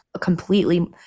completely